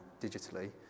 digitally